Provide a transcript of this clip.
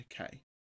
Okay